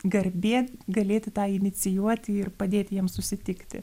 garbė galėti tą inicijuoti ir padėti jiems susitikti